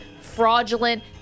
fraudulent